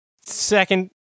second